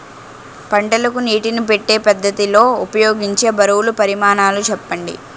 పంటలకు నీటినీ పెట్టే పద్ధతి లో ఉపయోగించే బరువుల పరిమాణాలు చెప్పండి?